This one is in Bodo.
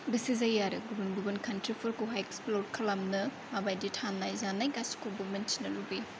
गोसो जायो आरो गुबुन गुबुन कान्ट्रिफोरखौहाय एक्सप्ल'र खालामनो माबायदि थानाय जानाय गासैखौबो मिन्थिनो लुबैयो